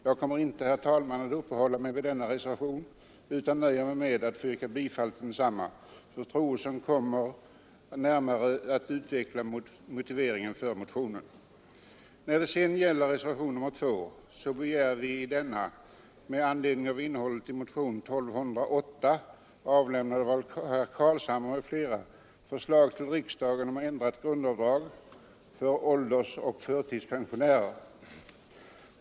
Jag kommer inte att uppehålla mig vid denna reservation, utan nöjer mig med att yrka bifall till densamma, Fru Troedsson kommer närmare att utveckla motiveringen för motionen. I reservationen 2 begär vi med hänvisning till innehållet i motionen 1208, avlämnad av herr Carlshamre m.fl., förslag till riksdagen om ändrade grundavdrag för åldersoch förtidspensionärer.